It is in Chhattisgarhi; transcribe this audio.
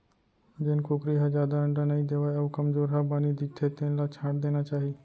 जेन कुकरी ह जादा अंडा नइ देवय अउ कमजोरहा बानी दिखथे तेन ल छांट देना चाही